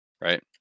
right